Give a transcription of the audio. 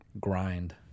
grind